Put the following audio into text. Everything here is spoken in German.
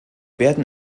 werden